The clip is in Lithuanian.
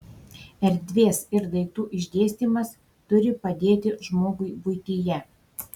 erdvės ir daiktų išdėstymas turi padėti žmogui buityje